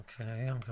okay